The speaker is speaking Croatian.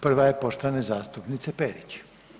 Prva je poštovane zastupnice Perić.